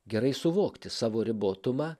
gerai suvokti savo ribotumą